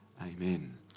Amen